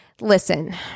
Listen